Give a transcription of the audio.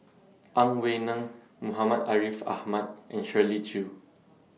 Ang Wei Neng Muhammad Ariff Ahmad and Shirley Chew